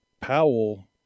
Powell